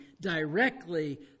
directly